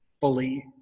fully